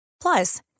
Plus